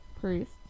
Priest